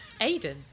Aiden